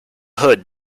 hood